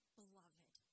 beloved